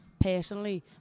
personally